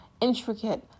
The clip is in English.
intricate